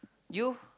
you